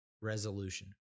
resolution